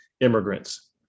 immigrants